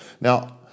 Now